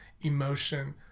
emotion